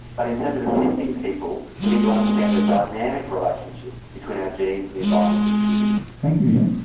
but in terms of assisting people we need to understand the dynamic relationship between our genes and the environments in which we live. thank you ian.